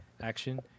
action